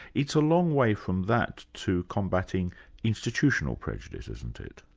it's a long way from that to combating institutional prejudice, isn't it?